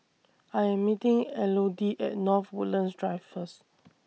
I Am meeting Elodie At North Woodlands Drive First